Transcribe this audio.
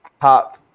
top